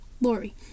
Lori